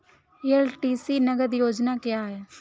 LTC नगद योजना क्या है?